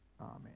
amen